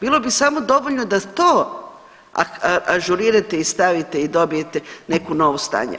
Bilo bi samo dovoljno da to ažurirate i stavite i dobijete neko novo stanje.